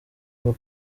aho